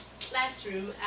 classroom